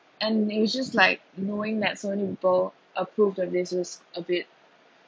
and they just like knowing that's only certain people approved of this was a bit